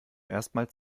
erstmals